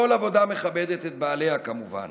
כל עבודה מכבדת את בעליה, כמובן,